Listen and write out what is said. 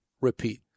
repeat